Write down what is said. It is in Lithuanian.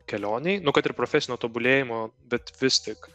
kelionei nu kad ir profesinio tobulėjimo bet vis tik